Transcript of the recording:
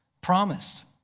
Promised